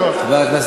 הבנתי.